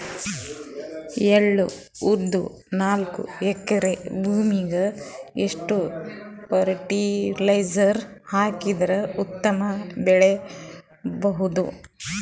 ಎಳ್ಳು, ಉದ್ದ ನಾಲ್ಕಎಕರೆ ಭೂಮಿಗ ಎಷ್ಟ ಫರಟಿಲೈಜರ ಹಾಕಿದರ ಉತ್ತಮ ಬೆಳಿ ಬಹುದು?